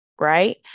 right